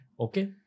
Okay